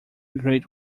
great